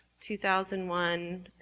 2001